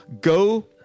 go